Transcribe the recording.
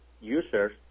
users